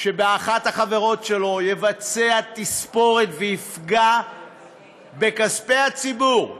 שבאחת החברות שלו הוא יבצע תספורת ויפגע בכספי הציבור,